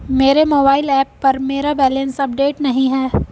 मेरे mobile app पर मेरा बैलेंस अपडेट नहीं है